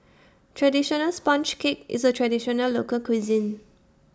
Traditional Sponge Cake IS A Traditional Local Cuisine